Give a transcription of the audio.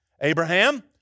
Abraham